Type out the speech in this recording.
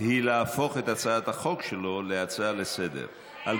היא להפוך את הצעת החוק שלו להצעה לסדר-היום,